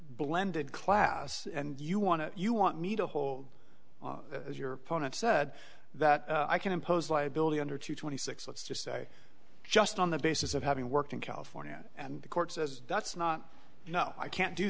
blended class and you want to you want me to hold your opponent said that i can impose liability under two twenty six let's just say just on the basis of having worked in california and the court says that's not you know i can't do